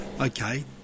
Okay